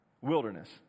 wilderness